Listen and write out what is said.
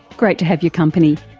great to have your company.